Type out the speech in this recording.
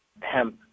hemp